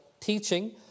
teaching